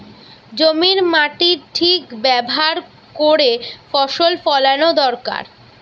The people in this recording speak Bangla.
জমির মাটির ঠিক ব্যাভার কোরে ফসল ফোলানো দোরকার